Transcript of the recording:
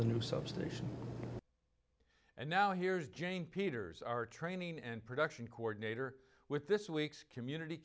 the new substation and now here's jane peters our training and production coordinator with this week's community